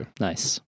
Nice